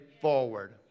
forward